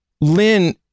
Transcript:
Lynn